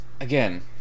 again